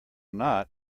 not